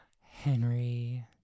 Henry